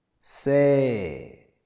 say